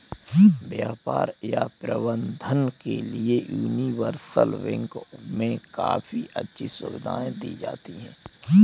व्यापार या प्रबन्धन के लिये यूनिवर्सल बैंक मे काफी अच्छी सुविधायें दी जाती हैं